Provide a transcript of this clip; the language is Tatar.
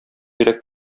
йөрәк